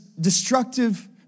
destructive